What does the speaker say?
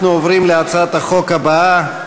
אנחנו עוברים להצעת החוק הבאה: